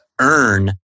earn